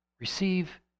Receive